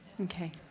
Okay